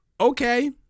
okay